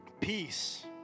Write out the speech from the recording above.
Peace